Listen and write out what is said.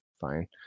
fine